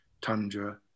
tundra